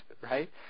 right